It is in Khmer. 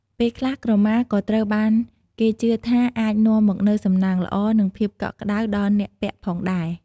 ពេលខ្លះ ក្រមាក៏ត្រូវបានគេជឿថាអាចនាំមកនូវសំណាងល្អ និងភាពកក់ក្ដៅដល់អ្នកពាក់ផងដែរ។